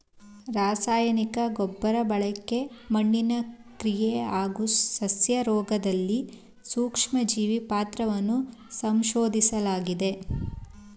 ರಾಸಾಯನಿಕ ಗೊಬ್ರಬಳಕೆ ಮಣ್ಣಿನ ಕ್ರಿಯೆ ಹಾಗೂ ಸಸ್ಯರೋಗ್ದಲ್ಲಿ ಸೂಕ್ಷ್ಮಜೀವಿ ಪಾತ್ರವನ್ನ ಸಂಶೋದಿಸ್ಲಾಗಿದೆ